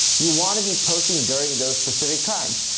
you wanna be posting during those specific times.